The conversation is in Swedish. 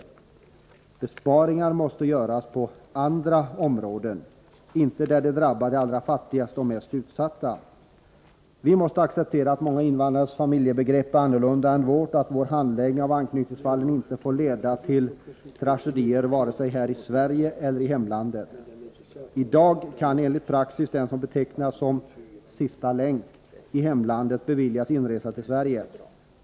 Besparingar måste göras på andra områden — inte där de drabbar de allra fattigaste och mest utsatta. Vi måste acceptera att många invandrares familjebegrepp är annorlunda än vårt och att vår handläggning av anknytningsfallen inte får leda till tragedier vare sig här i Sverige eller i hemlandet. I dag kan enligt praxis den som betecknas som ”sista länk” i hemlandet beviljas inresa till Sverige.